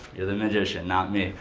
you're the magician, not me.